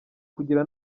kugira